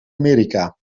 amerika